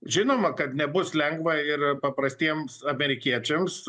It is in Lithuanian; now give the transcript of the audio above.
žinoma kad nebus lengva ir paprastiems amerikiečiams